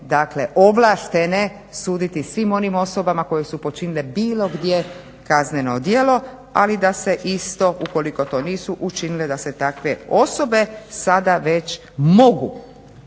ovlaštene suditi svim onim osobama koje su počinile bilo gdje kazneno djelo, ali da se isto ukoliko to nisu učinile, da se takve osobe sada već mogu,